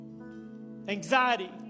anxiety